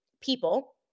people